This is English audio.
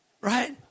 right